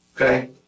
Okay